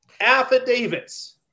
Affidavits